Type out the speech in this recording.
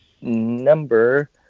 number